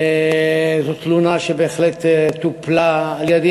זו תלונה שבהחלט טופלה על-ידי.